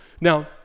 Now